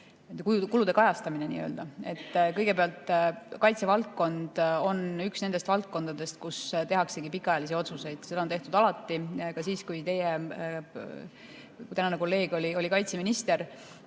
Kõigepealt, kaitsevaldkond on üks nendest valdkondadest, kus tehakse pikaajalisi otsuseid. Seda on tehtud alati, ka siis, kui teie tänane kolleeg oli kaitseminister.